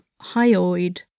hyoid